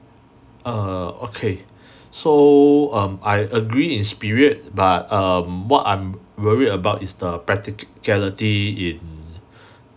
err okay so um I agree in spirit but um what I'm worried about is the practicality in